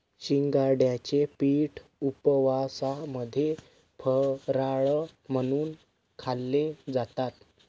शिंगाड्याचे पीठ उपवासामध्ये फराळ म्हणून खाल्ले जातात